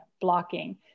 blocking